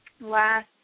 last